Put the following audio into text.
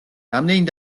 რამდენი